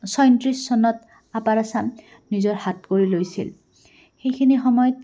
ছয়ত্ৰিছ চনত আপাৰ আছাম নিজৰ হাত কৰি লৈছিল সেইখিনি সময়ত